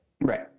Right